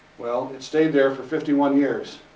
well, it stayed there for fifty one years,